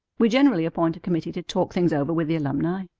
we generally appoint a committee to talk things over with the alumni.